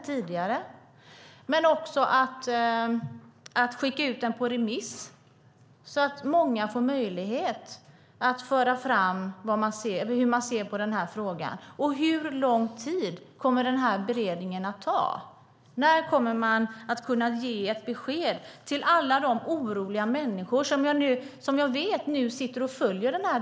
Det handlar också om att skicka ut frågan på remiss, så att många får möjlighet att föra fram hur man ser på frågan. Hur lång tid kommer beredningen att ta? När kommer man att kunna ge ett besked till alla de oroliga människor som jag vet nu sitter och följer debatten?